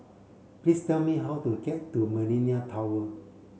please tell me how to get to Millenia Tower